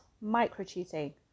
micro-cheating